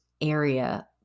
area